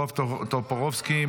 בועז טופורובסקי,